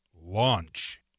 launch